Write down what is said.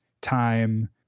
time